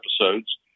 episodes